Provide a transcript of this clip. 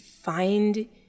find